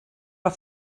are